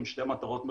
שתי מטרות מרכזיות: